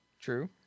True